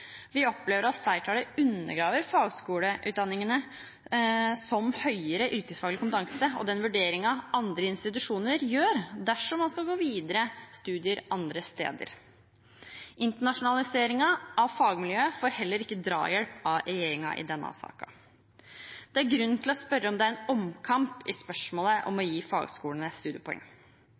Vi opplever at flertallet undergraver fagskoleutdanningene som høyere yrkesfaglig kompetanse og den vurderingen andre institusjoner gjør, dersom man skal ta videre studier andre steder. Internasjonaliseringen av fagmiljøet får heller ikke drahjelp av regjeringen i denne saken. Det er grunn til å spørre om det er en omkamp i spørsmålet om å gi fagskolene studiepoeng.